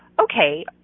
okay